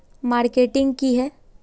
Marketing की है?